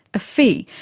a fee,